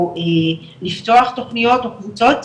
או לפתוח תוכניות או קבוצות.